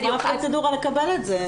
וגם מה הפרוצדורה לקבל את זה.